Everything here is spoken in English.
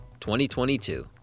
2022